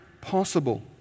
possible